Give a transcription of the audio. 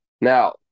Now